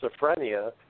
schizophrenia